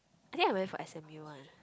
I think I went for S_M_U one